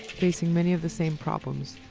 facing many of the same problems.